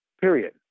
period